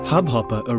Hubhopper